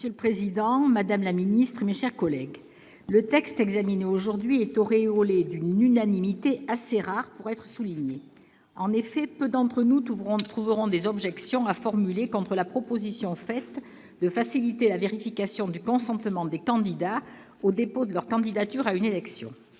Monsieur le président, madame la ministre, mes chers collègues, le texte examiné aujourd'hui est auréolé d'une unanimité assez rare pour être soulignée. En effet, peu d'entre nous trouveront des objections à formuler contre la proposition de faciliter la vérification du consentement des candidats au dépôt de leur candidature à une élection.